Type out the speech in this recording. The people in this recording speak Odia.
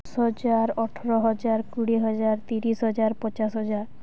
ଦଶ ହଜାର ଅଠର ହଜାର କୋଡ଼ିଏ ହଜାର ତିରିଶ ହଜାର ପଚାଶ ହଜାର